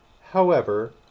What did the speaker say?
However